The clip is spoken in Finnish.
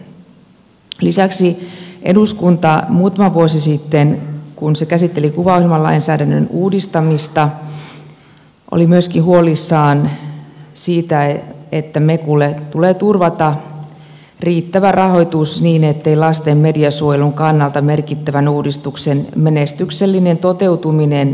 lisäksi eduskunta muutama vuosi sitten kun se käsitteli kuvaohjelmalainsäädännön uudistamista oli myöskin huolissaan siitä että mekulle tulee turvata riittävä rahoitus niin ettei lasten mediasuojelun kannalta merkittävän uudistuksen menestyksellinen toteutuminen vaarannu